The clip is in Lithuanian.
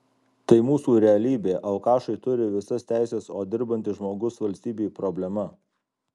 tai mūsų realybė alkašai turi visas teises o dirbantis žmogus valstybei problema